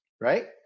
Right